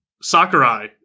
Sakurai